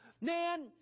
Man